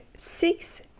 six